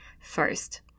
first